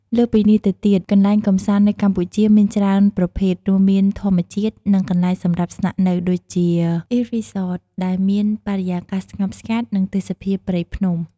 លើសពីនេះទៅទៀតកន្លែងកំសាន្តនៅកម្ពុជា មានច្រើនប្រភេទ រួមមានធម្មជាតិ និងកន្លែងសម្រាប់ស្នាក់នៅ ដូចជា អ៊ីស្ត រីសត ដែលមានបរិយាកាសស្ងប់ស្ងាត់ និងទេសភាពព្រៃភ្នំ។